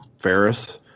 Ferris